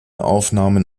aufnahmen